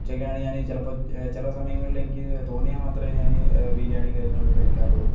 ഉച്ചക്കാണെങ്കിൽ ഞാൻ ചിലപ്പോൾ ചില സമയങ്ങളിൽ എനിക്ക് തോന്നിയല്ല് മാത്രമേ ഞാൻ ബിരിയാണിയും കാര്യങ്ങളൊക്കെ കഴിക്കാറുള്ളു